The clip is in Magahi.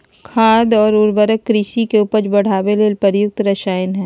खाद और उर्वरक कृषि में उपज बढ़ावे ले प्रयुक्त रसायन हइ